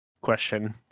question